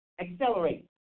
accelerate